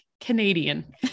Canadian